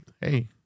hey